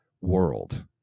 world